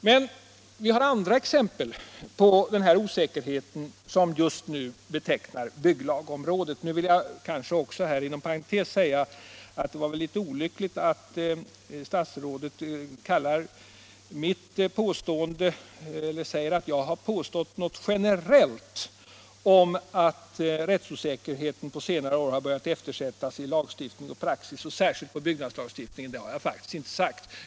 Men vi har andra exempel på den osäkerhet som just nu kännetecknar bygglagområdet. Jag vill inom parentes nämna att det väl var litet olyckligt att statsrådet sade att jag har påstått något generellt om att rättssäkerheten på senare har har börjat eftersättas i lagstiftning och praxis, särskilt på byggnadslagstiftningens område. Det har jag faktiskt inte sagt.